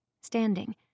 Standing